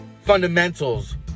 fundamentals